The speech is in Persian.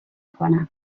کنم